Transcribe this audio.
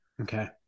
Okay